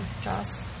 Joss